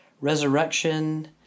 Resurrection